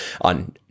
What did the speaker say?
on